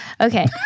Okay